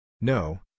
No